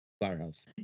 Firehouse